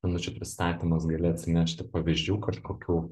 minučių pristatymas gali atsinešti pavyzdžių kažkokių